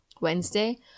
Wednesday